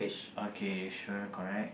okay sure correct